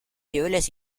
niveles